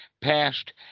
passed